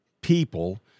people